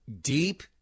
deep